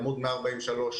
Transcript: עמוד 143,